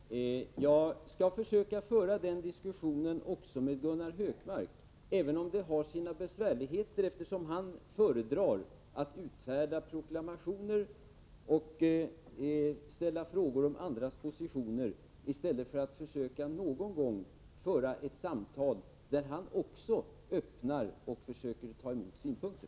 Herr talman! Jag skall försöka föra den diskussionen också med Gunnar Hökmark, även om det har sina besvärligheter, eftersom han föredrar att utfärda proklamationer och ställa frågor om andras positioner i stället för att någon gång föra ett samtal där också han öppnar och försöker ta emot synpunkter.